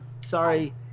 Sorry